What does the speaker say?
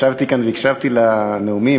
ישבתי כאן והקשבתי לנאומים.